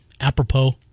apropos